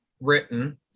written